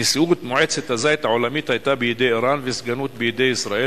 נשיאות מועצת הזית העולמית היתה בידי אירן והסגנות בידי ישראל,